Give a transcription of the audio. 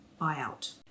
buyout